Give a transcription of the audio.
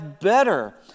better